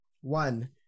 one